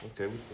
Okay